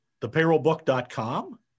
thepayrollbook.com